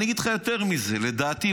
אגיד לך יותר מזה: לדעתי,